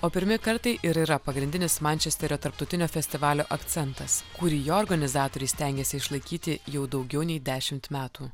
o pirmi kartai ir yra pagrindinis mančesterio tarptautinio festivalio akcentas kurį jo organizatoriai stengiasi išlaikyti jau daugiau nei dešimt metų